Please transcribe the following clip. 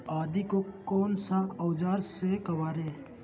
आदि को कौन सा औजार से काबरे?